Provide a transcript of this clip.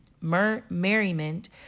merriment